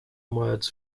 words